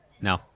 No